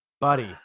Buddy